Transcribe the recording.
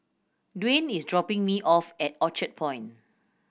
Dwaine is dropping me off at Orchard Point